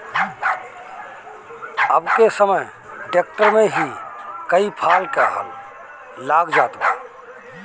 अब के समय ट्रैक्टर में ही कई फाल क हल लाग जात बा